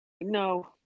No